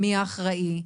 מי האחראי,